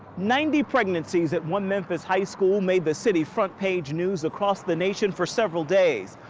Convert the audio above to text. ninety pregnancies at one memphis high school made the city front page news across the nation for several days.